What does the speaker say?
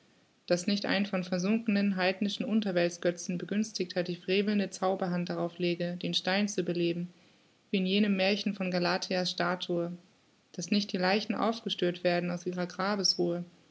daß nicht ein von versunkenen heidnischen unterwelts götzen begünstigter die frevelnde zauberhand darauf lege den stein zu beleben wie in jenem märchen von galathea's statue daß nicht die leichen aufgestört werden aus ihrer grabes ruhe